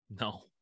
No